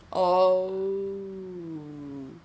oh